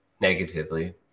negatively